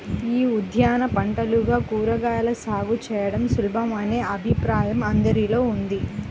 యీ ఉద్యాన పంటలుగా కూరగాయల సాగు చేయడం సులభమనే అభిప్రాయం అందరిలో ఉంది